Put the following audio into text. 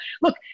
Look